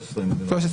2013, אם אני לא טועה.